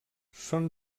són